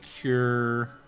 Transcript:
cure